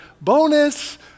bonus